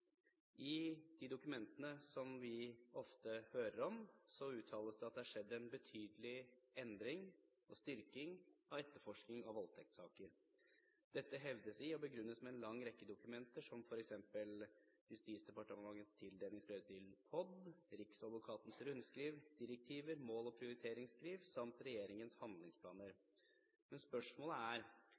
I de dokumentene som vi ofte hører om, uttales det at det har skjedd en betydelig endring og styrking av etterforskningen av voldtektssaker. Dette hevdes i og begrunnes med en lang rekke dokumenter som f.eks. Justisdepartementets tildelingsbrev til Politidirektoratet, Riksadvokatens rundskriv, direktiver, mål og prioriteringsskriv samt regjeringens handlingsplaner. Men spørsmålet er